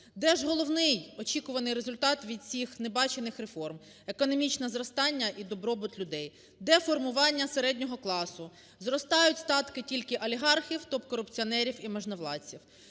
Де ж головний очікуваний результат від цих небачених реформ, економічне зростання і добробут людей? Де формування середнього класу? Зростають статки тільки олігархів, топ-корупціонерів і можновладців.